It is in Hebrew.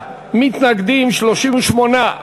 קבוצת סיעת ש"ס,